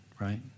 right